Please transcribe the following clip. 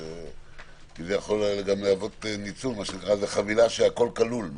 זה יכול להוות חבילה של הכול כלול.